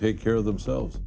take care of themselves